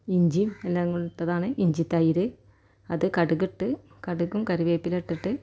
ഇഞ്ചിയും എല്ലാം കൂടി ഇട്ടതാണ് ഇഞ്ചിത്തൈര് അത് കടുകിട്ട് കടുകും കറിവേപ്പിലയും ഇട്ടിട്ട്